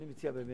אני מציע שבאמת,